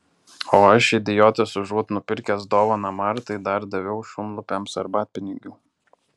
o aš idiotas užuot nupirkęs dovaną martai dar daviau šunlupiams arbatpinigių